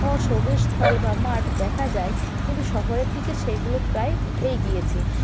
সবুজ স্থল বা মাঠ দেখা যায় কিন্তু শহরের দিকে সেইগুলো প্রায় উঠেই গিয়েছে